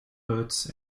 birds